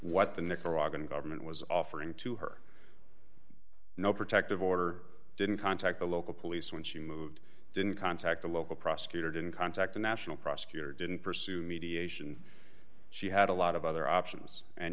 what the nicaraguan government was offering to her no protective order didn't contact the local police when she moved didn't contact the local prosecutor didn't contact the national prosecutor didn't pursue mediation she had a lot of other options and